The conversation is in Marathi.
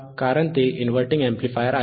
कारण ते इन्व्हर्टिंग अॅम्प्लिफायर आहे